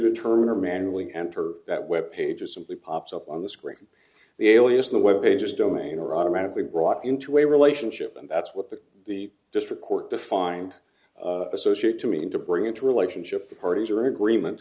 determine or manually enter that web pages simply pops up on the screen the alias the web pages domain are automatically brought into a relationship and that's what the the district court defined associate to mean to bring into relationship parties or agreement